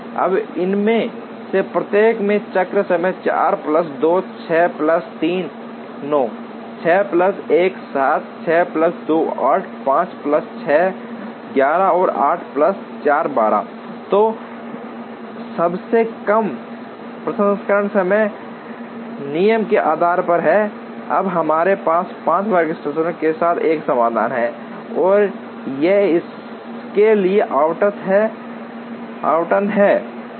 अब इनमें से प्रत्येक में चक्र समय 4 plus 2 6 plus 3 9 6 plus 1 7 6 plus 2 8 5 plus 6 11 और 8 प्लस 4 12 तो सबसे कम प्रसंस्करण समय नियम के आधार पर है अब हमारे पास 5 वर्कस्टेशनों के साथ एक समाधान है और ये इसके लिए आवंटन हैं